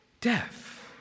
Death